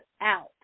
out